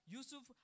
Yusuf